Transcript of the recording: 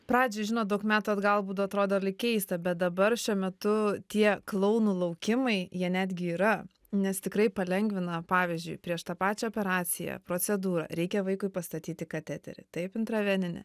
pradžiai žinot daug metų atgal būdavo atrodo lyg keista bet dabar šiuo metu tie klounų laukimai jie netgi yra nes tikrai palengvina pavyzdžiui prieš tą pačią operaciją procedūrą reikia vaikui pastatyti kateterį taip intraveninį